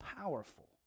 powerful